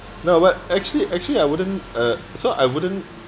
no but actually actually I wouldn't uh so I wouldn't